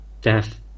death